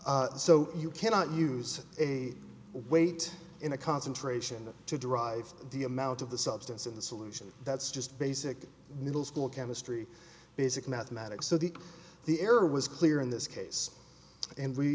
budget so you cannot use a weight in a concentration to derive the amount of the substance in the solution that's just basic middle school chemistry basic mathematics so that the air was clear in this case and we